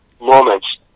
moments